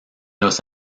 los